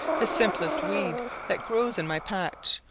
the simplest weed that grows in my path,